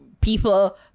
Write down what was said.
people